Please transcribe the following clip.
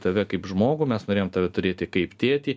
tave kaip žmogų mes norėjom tave turėti kaip tėtį